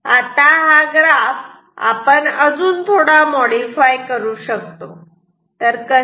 आता हा ग्राफ आपण अजून मॉडीफाय करू शकतो कसे